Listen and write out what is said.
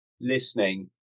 listening